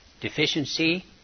deficiency